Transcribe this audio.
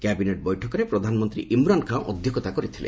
cabinet ବୈଠକରେ ପ୍ରଧାନମନ୍ତ୍ରୀ ଇମ୍ରାନ୍ ଖାନ୍ ଅଧ୍ୟକ୍ଷତା କରିଥିଲେ